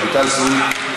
רויטל סויד,